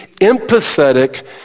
empathetic